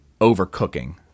Overcooking